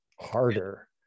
harder